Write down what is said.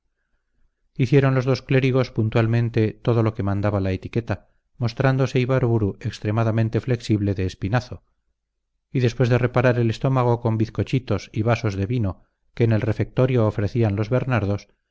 hicieron los dos clérigos puntualmente todo lo que mandaba la etiqueta mostrándose ibarburu extremadamente flexible de espinazo y después de reparar el estómago con bizcochitos y vasos de vino que en el refectorio ofrecían los bernardos